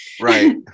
Right